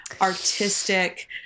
artistic